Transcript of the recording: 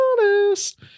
honest